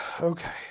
Okay